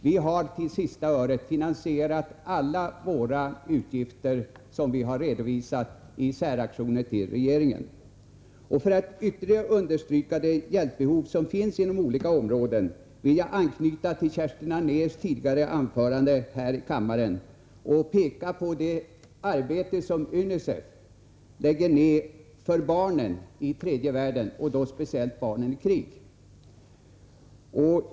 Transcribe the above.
Vi har till sista öret föreslagit finansiering av alla utgifter som vi har förordat i säraktioner till regeringen. För att ytterligare understryka det hjälpbehov som finns inom olika områden vill jag anknyta till Kerstin Anérs tidigare anförande här i kammaren och peka på det arbete som UNICEF lägger ned för barnen i tredje världen — speciellt barnen i länder i krig.